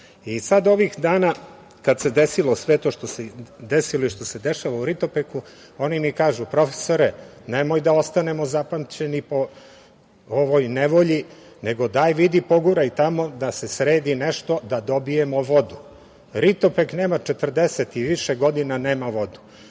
Sada ovih dana kada se desilo sve to što se desilo i što se dešava u Ritopeku, oni mi kažu – profesore nemoj da ostanemo zapamćeni po ovoj nevolji nego daj vidi poguraj tamo da se sredi nešto da dobijemo vodu. Ritopek četrdeset i više godina nema vodu.